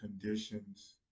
conditions